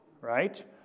right